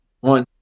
one